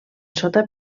sota